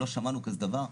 לא שמענו כזה דבר.